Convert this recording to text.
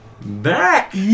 back